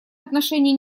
отношения